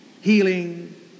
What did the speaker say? healing